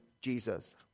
Jesus